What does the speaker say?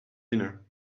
dinner